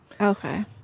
Okay